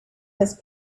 his